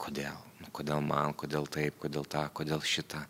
kodėl kodėl man kodėl taip kodėl tą kodėl šitą